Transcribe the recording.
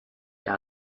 der